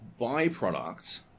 Byproduct